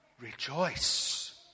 rejoice